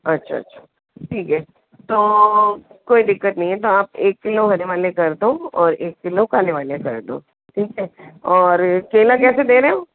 अच्छा अच्छा ठीक है तो कोई दिक्कत नहीं है तो आप एक किलो हरे वाले कर दो और एक किलो काले वाले कर दो ठीक है और केला कैसे दे रहे हो